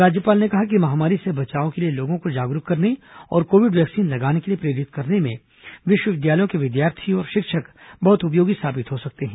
राज्यपाल ने कहा कि महामारी से बचाव के लिए लोगों को जागरूक करने और कोविड वैक्सीन लगाने के लिए प्रेरित करने में विश्वविद्यालयों के विद्यार्थी और शिक्षक बहुत उपयोगी साबित हो सकते हैं